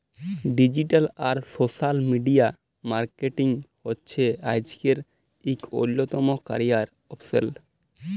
digital আর social media marketing হছে আইজকের ইক অল্যতম ক্যারিয়ার অপসল